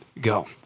go